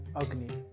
Agni